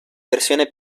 versione